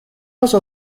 also